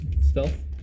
stealth